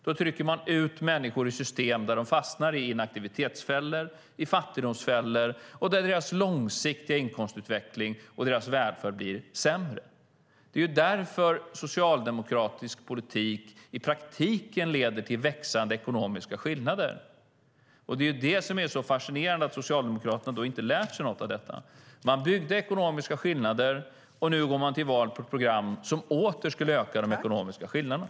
Då trycker man ut människor i system där de fastnar i inaktivitetsfällor och i fattigdomsfällor och där deras långsiktiga inkomstutveckling och deras välfärd blir sämre. Det är därför socialdemokratisk politik i praktiken leder till växande ekonomiska skillnader. Det som är så fascinerande är ju att Socialdemokraterna inte har lärt sig något av detta. Man byggde upp ekonomiska skillnader, och nu går man till val på ett program som åter skulle öka de ekonomiska skillnaderna.